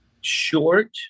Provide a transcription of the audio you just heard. short